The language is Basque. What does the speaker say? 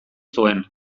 zuen